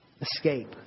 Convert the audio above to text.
escape